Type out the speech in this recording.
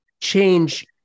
change